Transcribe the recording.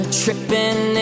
tripping